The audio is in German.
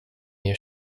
ihr